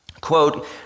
quote